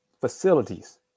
Facilities